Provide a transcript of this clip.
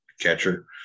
catcher